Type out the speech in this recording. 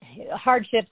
hardships